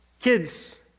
Kids